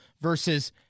versus